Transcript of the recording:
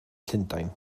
llundain